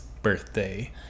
birthday